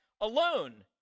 alone